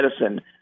medicine